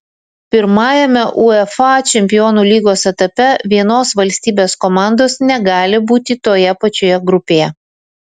pirmajame uefa čempionų lygos etape vienos valstybės komandos negali būti toje pačioje grupėje